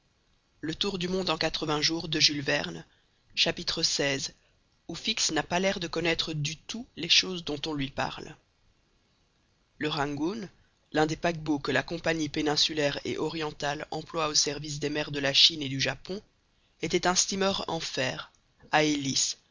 xvi où fix n'a pas l'air de connaître du tout les choses dont on lui parle le rangoon l'un des paquebots que la compagnie péninsulaire et orientale emploie au service des mers de la chine et du japon était un steamer en fer à hélice